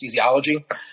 anesthesiology